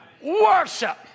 Worship